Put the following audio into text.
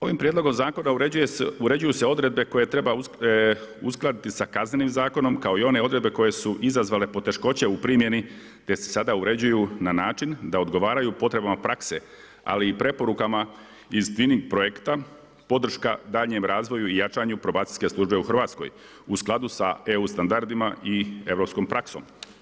Ovim prijedlogom zakona uređuju se odredbe koje treba uskladiti sa Kaznenim zakonom, kao i one odredbe koje su izazvale poteškoća u primjeni te se sada uređuju na način da odgovaraju potrebama prakse, ali i preporukama iz tinning projekta, podrška daljnjem razvoju i jačanju probacijske službe u Hrvatskoj u skladu sa EU standardima i europskom praksom.